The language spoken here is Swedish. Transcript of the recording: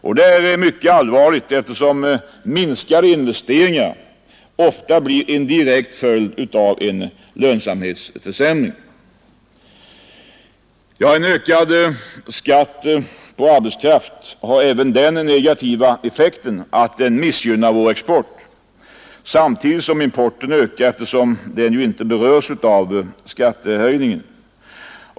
Och det är mycket allvarligt eftersom minskade investeringar ofta blir en direkt följd av en lönsamhetsförsämring. En ökad skatt på arbetskraft har även den negativa effekten att den missgynnar vår export samtidigt som importen ökar eftersom den inte berörs av skattehöjningen.